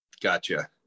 Gotcha